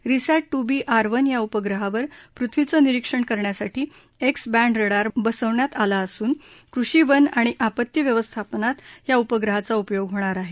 reset two B R one या उपग्रहावर पृथ्वीचं निरीक्षण करण्यासाठी एक्स बॅन्ड रडार बसवण्यात आलं असून कृषी वन आणि आपत्ती व्यवस्थापनात या उपग्रहाचा उपयोग होणार आहे